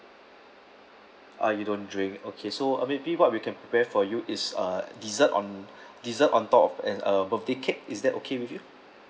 ah you don't drink okay so uh maybe what we can prepare for you is uh dessert on dessert on top of an a birthday cake is that okay with you